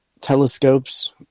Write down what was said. telescopes